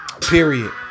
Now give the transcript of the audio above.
Period